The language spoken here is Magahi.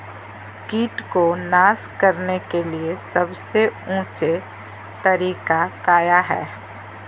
किट को नास करने के लिए सबसे ऊंचे तरीका काया है?